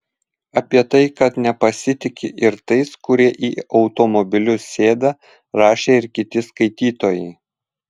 apie tai kad nepasitiki ir tais kurie į automobilius sėda rašė ir kiti skaitytojai